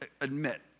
admit